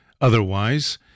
otherwise